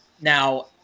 now